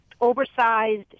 oversized